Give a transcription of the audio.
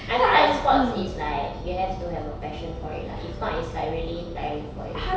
I feel like sports is like you have to have a passion for it lah if not it's like really tiring for you